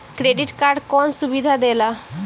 Credit card कौन सुबिधा देला?